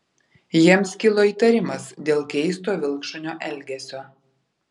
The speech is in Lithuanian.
jiems kilo įtarimas dėl keisto vilkšunio elgesio